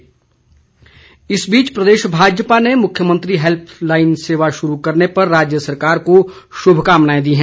सत्ती इस बीच प्रदेश भाजपा ने मुख्यमंत्री हैल्पलाईन सेवा शुरू करने पर राज्य सरकार को शुभकामनाएं दी हैं